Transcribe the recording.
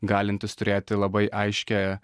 galintis turėti labai aiškią